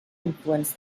influence